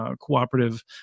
Cooperative